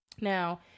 Now